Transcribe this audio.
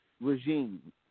regime